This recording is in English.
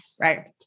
Right